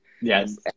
Yes